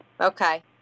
Okay